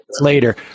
later